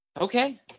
Okay